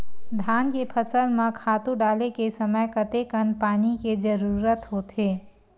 धान के फसल म खातु डाले के समय कतेकन पानी के जरूरत होथे?